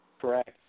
Correct